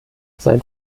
sein